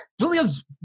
williams